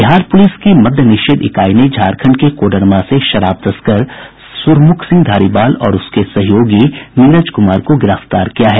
Bihar police की मद्यनिषेध इकाई ने झारखंड के कोडरमा से शराब तस्कर सुरमुख सिंह धारीवाल और उसके सहयोगी नीरज कुमार को गिरफ्तार किया है